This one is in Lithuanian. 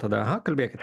tada aha kalbėkit